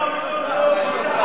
ניצחון ראשון של האופוזיציה.